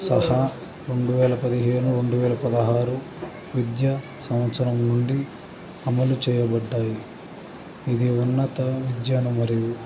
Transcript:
సహా రెండు వేల పదిహేను రెండు వేల పదహారు విద్యా సంవత్సరం నుండి అమలు చేయబడినాయి ఇది ఉన్నత విద్యను మరియు